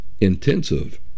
intensive